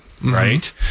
right